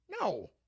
no